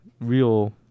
real